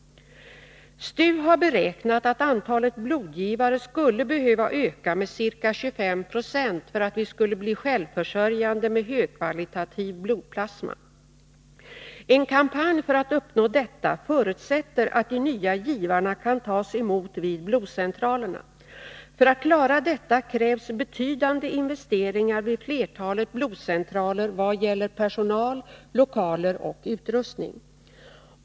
STU har beräknat att antalet blodgivare skulle behöva öka med ca 25 96 för att vi skulle bli självförsörjande med högkvalitativ blodplasma. En kampanj för att uppnå detta förutsätter att de nya givarna kan tas emot vid blodcentralerna. För att klara detta krävs betydande investeringar vid flertalet blodcentraler i vad gäller personal, lokaler och utrustning.